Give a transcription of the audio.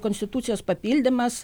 konstitucijos papildymas